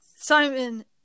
Simon